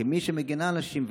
כמי שמגינה על נשים,